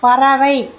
பறவை